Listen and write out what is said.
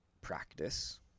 practice